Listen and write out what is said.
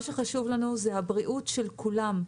מה שחשוב לנו זה הבריאות של כולם,